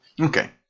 Okay